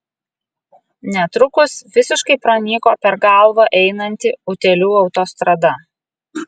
netrukus visiškai pranyko per galvą einanti utėlių autostrada